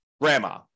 grandma